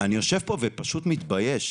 אני יושב פה ופשוט מתבייש.